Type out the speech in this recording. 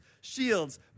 shields